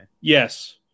Yes